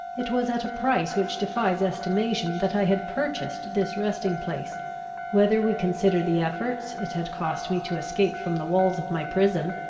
it was at a price which defies estimation that i had purchased this resting-place whether we consider the efforts it had cost me to escape from the walls of my prison,